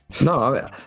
No